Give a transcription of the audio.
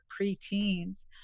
preteens